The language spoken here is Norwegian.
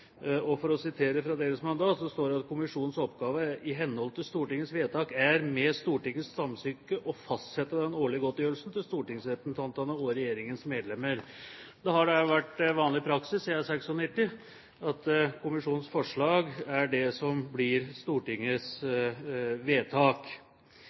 Stortinget. Jeg vil sitere fra deres mandat: «Kommisjonens oppgave i henhold til Stortingets vedtak er – med Stortingets samtykke – å fastsette den årlige godtgjørelsen til stortingsrepresentantene og regjeringens medlemmer.» Det har vært vanlig praksis siden 1996 at kommisjonens forslag er det som blir Stortingets